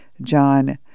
John